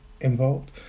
involved